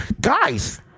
Guys